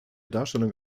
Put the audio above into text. darstellung